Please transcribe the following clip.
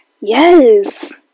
Yes